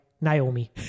Naomi